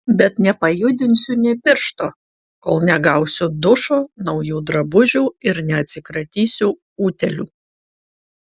bet nepajudinsiu nė piršto kol negausiu dušo naujų drabužių ir neatsikratysiu utėlių